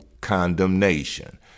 condemnation